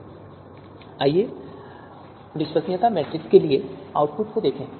फिर आइए विश्वसनीयता मैट्रिक्स के लिए आउटपुट देखें